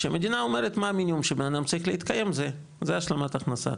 שהמדינה אומרת מה המינימום שבן אדם צריך להתקיים זו השלמת הכנסה,